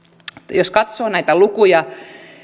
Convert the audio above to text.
jos katsoo näitä lukuja